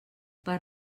per